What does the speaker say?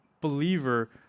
believer